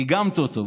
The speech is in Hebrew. דיגמת אותו.